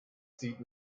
sieht